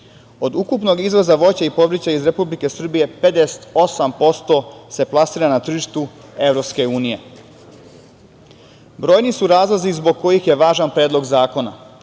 Od ukupnog izvoza voća i povrća iz Republike Srbije 58% se plasira na tržištu EU.Brojni su razlozi zbog kojih je važan predlog zakona,